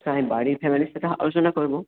বাড়ির ফ্যামিলির সাথে আলোচনা করব